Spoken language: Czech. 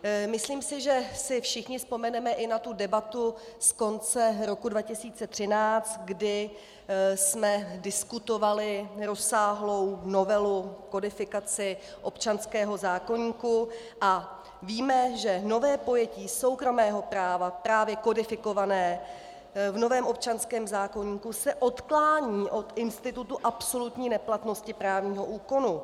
Myslím si, že si všichni vzpomeneme i na debatu z konce roku 2013, kdy jsme diskutovali rozsáhlou novelu, kodifikaci, občanského zákoníku a víme, že nové pojetí soukromého práva, právě kodifikované v novém občanském zákoníku, se odklání od institutu absolutní neplatnosti právního úkonu.